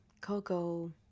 Coco